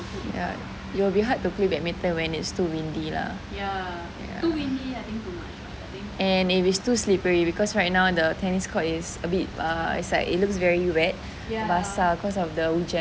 ya it will be hard to play badminton when it's too windy lah ya and if it's too slippery because right now the tennis court is a bit err it's like it looks very wet basah cause of the hujan